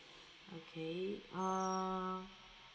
okay err